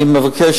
אני מבקש,